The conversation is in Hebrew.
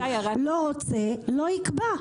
לא רוצה לא יקבע.